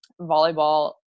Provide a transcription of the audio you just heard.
volleyball